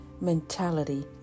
mentality